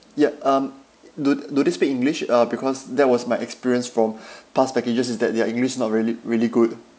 yeah um do do they speak english uh because that was my experience from past packages is that their english is not really really good